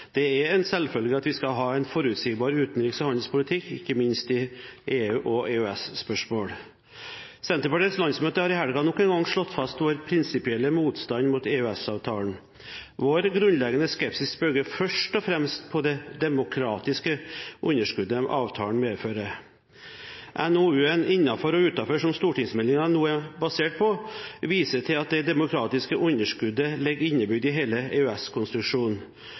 Det er en selvfølge at vi skal ha en forutsigbar utenriks- og handelspolitikk, ikke minst når det gjelder EU- og EØS-spørsmål. Senterpartiets landsmøte har i helgen nok en gang slått fast sin prinsipielle motstand mot EØS-avtalen. Vår grunnleggende skepsis bygger først og fremst på det demokratiske underskuddet avtalen medfører. NOU 2012: 2, Utenfor og innenfor, som stortingsmeldingen er basert på, viser til at det demokratiske underskuddet ligger innebygget i hele